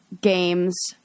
games